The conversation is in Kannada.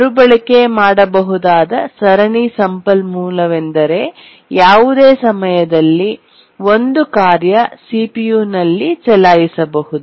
ಮರುಬಳಕೆ ಮಾಡಬಹುದಾದ ಸರಣಿ ಸಂಪನ್ಮೂಲವೆಂದರೆ ಯಾವುದೇ ಸಮಯದಲ್ಲಿ ಒಂದು ಕಾರ್ಯ ಸಿಪಿಯುನಲ್ಲಿ ಚಲಾಯಿಸಬಹುದು